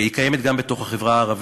היא קיימת גם בתוך החברה הערבית,